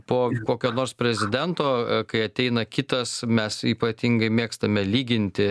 po kokio nors prezidento kai ateina kitas mes ypatingai mėgstame lyginti